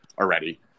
already